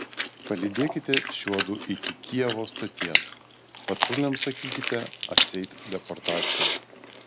palydėkite šiuodu iki kijevo stoties patruliams sakykite atseit deportacija